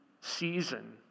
season